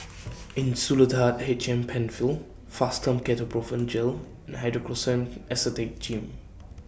Insulatard H M PenFill Fastum Ketoprofen Gel and Hydrocortisone Acetate Jim